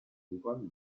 google